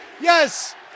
Yes